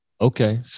Okay